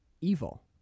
evil